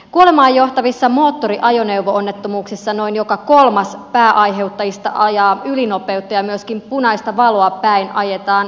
kuolemaan johtavissa moottoriajoneuvo onnettomuuksissa noin joka kolmas pääaiheuttajista ajaa ylinopeutta ja myöskin punaista valoa päin ajetaan yhä useammin